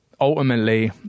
ultimately